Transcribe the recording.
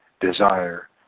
desire